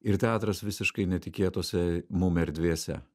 ir teatras visiškai netikėtose mum erdvėse